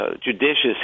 judicious